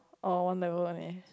oh one level only